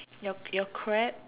your your crab